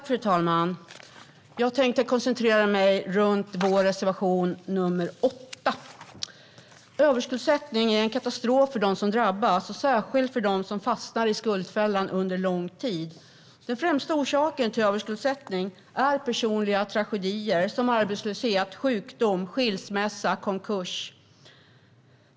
Fru talman! Jag tänkte koncentrera mitt anförande till vår reservation 8. Överskuldsättning är en katastrof för dem som drabbas, och särskilt för dem som fastnar i skuldfällan under lång tid. Den främsta orsaken till överskuldsättning är personliga tragedier som arbetslöshet, sjukdom, skilsmässa och konkurs.